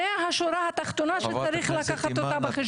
זו השורה התחתונה שצריך לקחת אותה בחשבון.